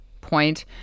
point